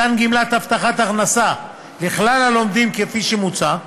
מתן גמלת הבטחת הכנסה לכלל הלומדים כפי שמוצע,